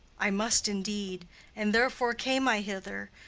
i must indeed and therefore came i hither.